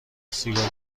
سیگار